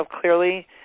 clearly